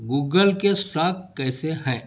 Google کے stock کیسے ہیں